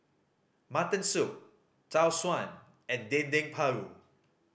mutton soup Tau Suan and Dendeng Paru